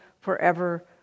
forever